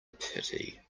pity